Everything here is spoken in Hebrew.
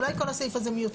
אז אולי כל הסעיף הזה מיותר?